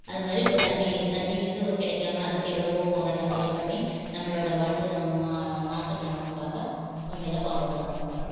அதை மாதிரி இப்போ தண்ணி தண்ணி வந்து கெடைக்காம அதுக்கு எவ்வளவோ போராட்டங்கள்லாம் பண்ணி நம்மளோடய வாட்டர் நம்ம நாட்டு நலனுக்காக இவங்கெல்லாம் பாடுபடுகிறாங்க